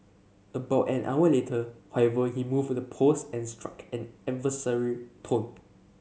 about an hour later however he moved the post and struck an adversarial tone